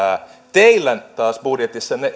teidän budjetissanne